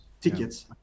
tickets